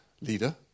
leader